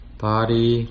body